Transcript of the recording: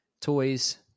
toys